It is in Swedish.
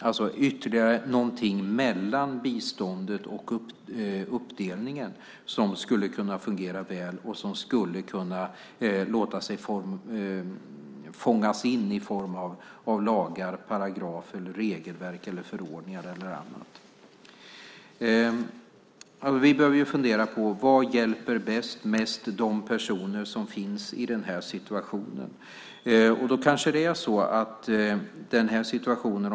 Det skulle alltså vara något mellan biståndet och uppdelningen som skulle kunna fungera väl och låta sig fångas in av lagar, paragrafer, regelverk eller förordningar. Vi behöver fundera på vad som bäst hjälper de personer som befinner sig i den här situationen.